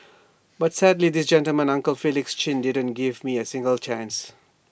but sadly this gentleman uncle Felix chin didn't give me A single chance